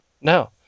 No